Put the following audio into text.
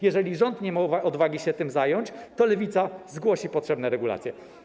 Jeżeli rząd nie ma odwagi się tym zająć, to Lewica zgłosi potrzebne regulacje.